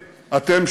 אתם,